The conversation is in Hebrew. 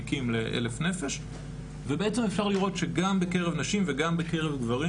תיקים ל-1,000 נפש ובעצם אפשר לראות שגם בקרב נשים וגם בקרב גברים,